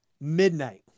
midnight